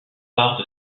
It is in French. part